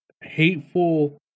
hateful